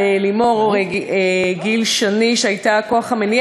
ללימור גיל שני שהייתה הכוח המניע